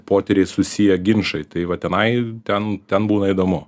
potyriais susiję ginčai tai va tenai ten ten būna įdomu